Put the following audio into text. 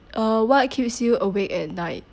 uh what keeps you awake at night